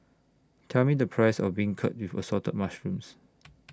Tell Me The Price of Beancurd with Assorted Mushrooms